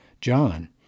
John